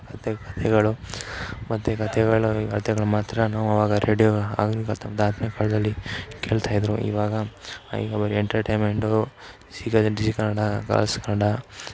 ಮತ್ತೆ ಕತೆಗಳು ಮತ್ತೆ ಕತೆಗಳು ಈ ಕತೆಗಳು ಮಾತ್ರ ನಾವು ಆವಾಗ ರೇಡಿಯೋ ಆಗಿನ ಆಗಿನ ಕಾಲದಲ್ಲಿ ಕೇಳ್ತಾಯಿದ್ದರು ಇವಾಗ ಈಗ ಬರಿ ಎಂಟರ್ಟೈಮೆಂಟು ಸಿಗೋದು in Zee Kannada Colors Kannada